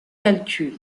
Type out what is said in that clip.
calcul